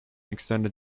extended